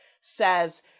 says